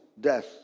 death